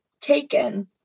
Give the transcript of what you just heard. taken